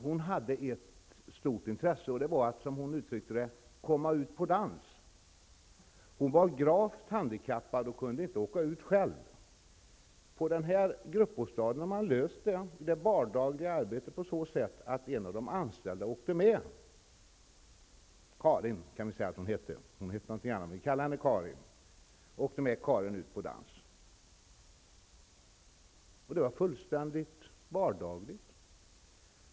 Hon hade ett stort intresse och det var, som hon uttryckte det, att komma ut på dans. Hon var gravt handikappad och kunde inte åka ut själv. Personalen vid denna gruppbostad hade i det vardagliga arbetet löst detta på så sätt, att en av de anställda åkte med ''Karin'' ut på dans. Det var fullständigt vardagligt.